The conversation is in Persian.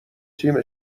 جیم